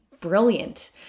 brilliant